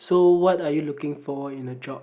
so what are you looking for in a job